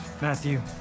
Matthew